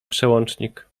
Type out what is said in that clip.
przełącznik